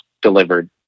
delivered